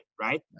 Right